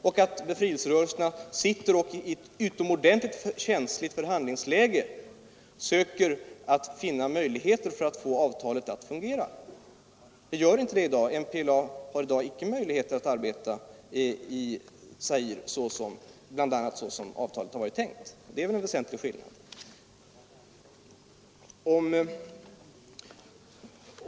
Dessa befrielserörelser befinner sig i ett utomordentligt känsligt förhandlingsläge och söker finna möjligheter för att få avtalet att fungera. Det gör det inte i dag. MPLA har icke möjlighet att arbeta i Zaire, såsom det var tänkt i avtalet. Det är väl en väsentlig skillnad.